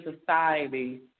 society